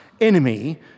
enemy